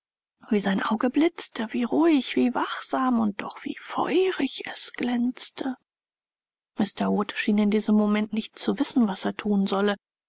wie sein auge blitzte wie ruhig wie wachsam und doch wie feurig es glänzte mr wood schien in diesem moment nicht zu wissen was er thun solle